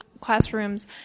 classrooms